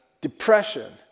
depression